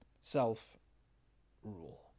self-rule